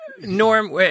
Norm